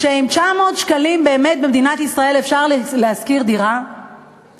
שעם 900 שקלים אפשר באמת לשכור דירה במדינת ישראל?